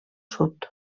sud